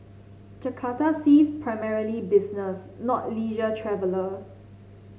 Jakarta sees primarily business not leisure travellers